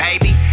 baby